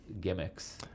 gimmicks